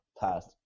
past